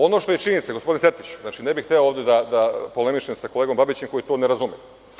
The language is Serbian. Ono što je činjenica gospodine Sertiću, znači ne bih hteo ovde da polemišem sa kolegom Babićem koji to ne razume.